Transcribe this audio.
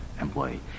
employee